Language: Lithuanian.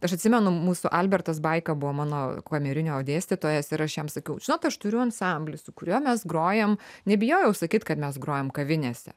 tai aš atsimenu mūsų albertas baika buvo mano kamerinio dėstytojas ir aš jam sakiau žinok aš turiu ansamblį su kuriuo mes grojam nebijojau sakyt kad mes grojam kavinėse